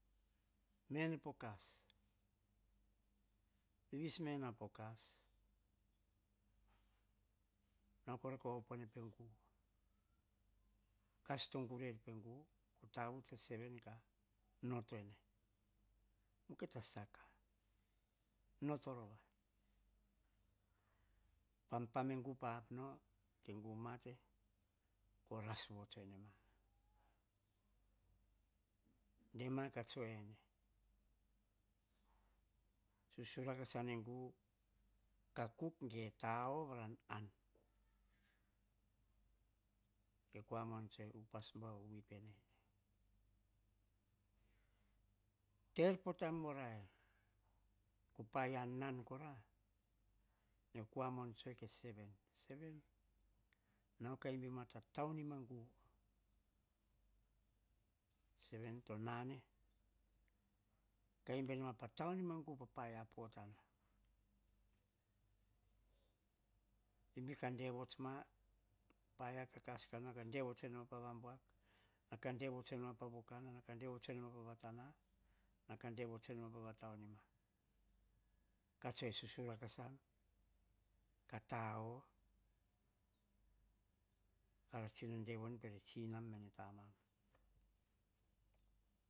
Mene po kas, vis mena po kas, nau kora ka opuena po gu. Kas to gur ruer po gu, tavats ke seven notuene, ki ta saka, noto rova. Pampam e gu pa ap no, gu mate ko ras votsue ne ma. Dema ka tsue ene susu raka san e gu ka kuk ge tataoo. Ke kua man tsue ene, upas bau wi pene. Te eir po taim vo rai, paia nan kora, ke kua mon tsue ke seven, na ka imbibe ma taunima gu. Seven to nane, ka imbibe ma taunima gu pa paia potana. Imbi ka de vots ma, paia ka kas, ka na ka de vots ma vam buak, na ka dema va vo kana na ka dema va tana, na ka de vots nia va taunima ka tsue susuraka sam ka taoo-ka ra tsi no de voni pe tsinam mene tamam.